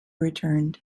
returned